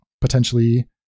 potentially